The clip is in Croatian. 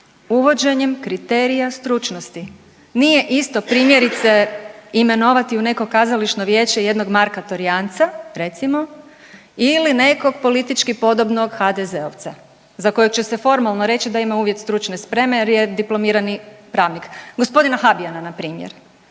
Uvođenjem kriterija stručnosti. Nije isto primjerice imenovati u neko kazališno vijeće jednog Marka Torjanca recimo ili nekog politički podobnog HDZ-ovca za kojeg će se formalno reći da ima uvjet stručne spreme jer je diplomirani pravnik, g. Habijana npr.,